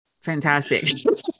Fantastic